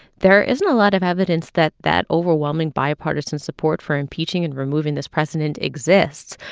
there isn't a lot of evidence that that overwhelming bipartisan support for impeaching and removing this president exists,